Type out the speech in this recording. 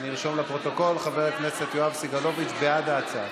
לפרוטוקול, חבר הכנסת יואב סגלוביץ' בעד ההצעה.